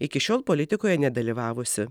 iki šiol politikoje nedalyvavusi